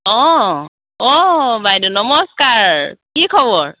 অঁ অঁ বাইদেউ নমস্কাৰ কি খবৰ